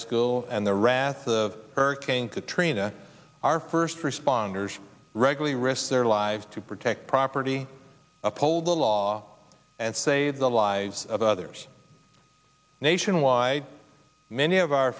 school and the wrath of hurricane katrina our first responders regularly risked their lives to protect property uphold the law and save the lives of others nationwide many of our